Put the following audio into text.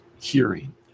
hearing